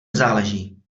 záleží